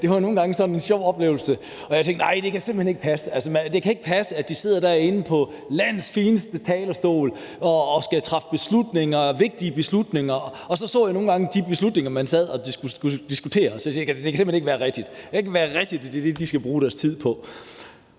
det var nogle gange sådan en sjov oplevelse, og jeg tænkte: Nej, det kan simpelt hen ikke passe. Det kan ikke passe, at de sidder derinde i Folketingssalen med landets fineste talerstol og skal træffe beslutninger, vigtige beslutninger, og jeg tænkte nogle gange, at det ikke kunne være rigtigt, at det var det, man sad og diskuterede. Det kan simpelt hen ikke være rigtigt. Det kan ikke være rigtigt, at det er det, de skal bruge deres tid på.